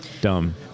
Dumb